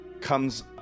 comes